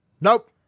Nope